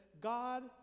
God